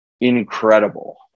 incredible